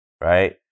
right